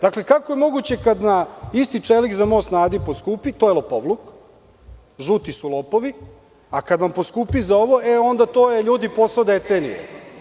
Dakle, kako je moguće kad na isti čelik za Most na Adi poskupi to je lopovluk i žuti su lopovi, a kad vam poskupi za ovo, onda je to ljudi posao decenije.